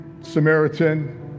Samaritan